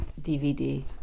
DVD